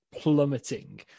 plummeting